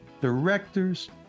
directors